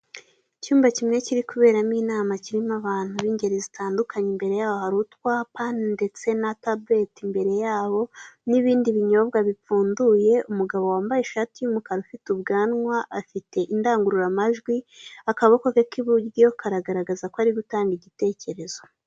Mu cyumba cy'inama, harimo abagabo bari mu nama. Umugabo wambaye ishati y'umukara, unafite ubwanwa, afite indangururamajwi mu ntoki, akaba ari gutanga igitekerezo cye yicaye.